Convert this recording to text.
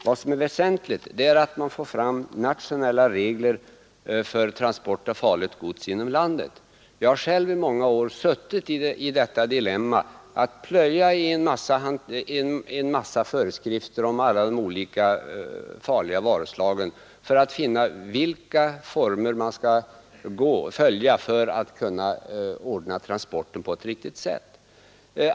Vad som är väsentligt är att man får fram nationella regler för transport av farligt gods inom landet. Jag har själv i många år varit i en sådan situation att jag tvingats plöja igenom en mängd föreskrifter om alla de olika farliga varuslagen för att komma fram till hur transporterna skall läggas upp för att fullgöras på ett riktigt sätt.